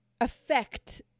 affect